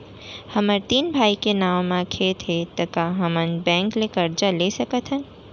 हमर तीन भाई के नाव म खेत हे त का हमन बैंक ले करजा ले सकथन?